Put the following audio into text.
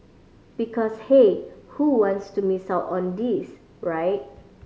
because hey who wants to miss out on this right